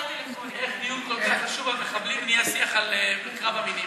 איך דיון כל כך חשוב על מחבלים נהיה שיח על קרב המינים?